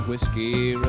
Whiskey